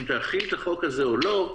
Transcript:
אם תחיל את החוק הזה או לא,